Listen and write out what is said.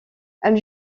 elle